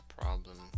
problem